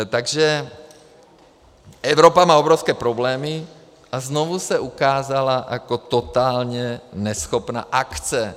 Takže Evropa má obrovské problémy a znovu se ukázala jako totálně neschopná akce.